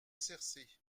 src